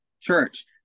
church